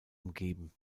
umgeben